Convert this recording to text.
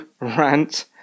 rant